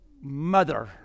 mother